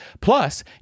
plus